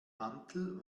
mantel